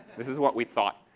this is what we thought.